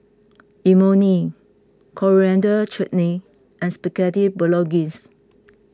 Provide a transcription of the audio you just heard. Imoni Coriander Chutney and Spaghetti Bolognese